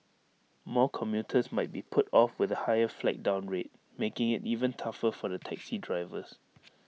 more commuters might be put off with A higher flag down rate making IT even tougher for the taxi drivers